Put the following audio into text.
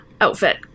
outfit